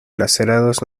lacerados